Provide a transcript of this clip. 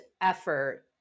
effort